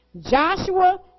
Joshua